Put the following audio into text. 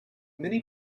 many